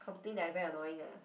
complain that I very annoying ah